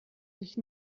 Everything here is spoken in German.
sich